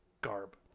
garb